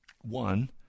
One